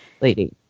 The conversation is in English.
Lady